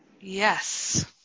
Yes